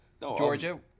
Georgia